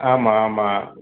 ஆமாம் ஆமாம்